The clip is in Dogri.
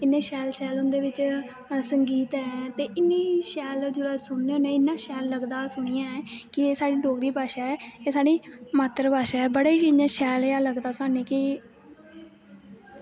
इन्ने शैल शैल उं'दे बिच्च संगीत ऐ ते इन्नी शैल जिसलै सुन्नी होन्नी इन्ना शैल लगदा सुनियै कि एह् साढ़ी डोगरी भाशा ऐ साढ़ी मात्तर भाशा ऐ बड़ा इ'यां शैल जेहा लगदा सानूं कि